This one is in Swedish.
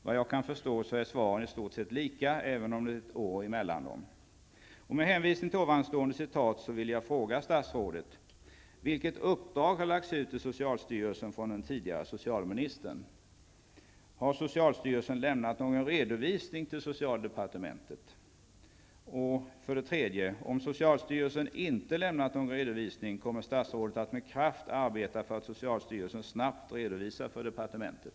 Vad jag kan förstå är svaren i stort sett lika, även om det är ett år emellan dem. Har socialstyrelsen lämnat någon redovisning till socialdepartementet? Om socialstyrelsen inte har lämnat någon redovisning, kommer statsrådet att med kraft arbeta för att socialstyrelsen snabbt redovisar för departementet?